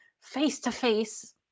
face-to-face